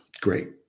Great